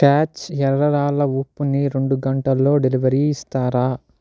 catch ఎర్రరాళ్ళ ఉప్పుని రెండు గంటల్లో డెలివరీ ఇస్తారా